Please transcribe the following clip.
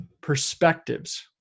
perspectives